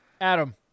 Adam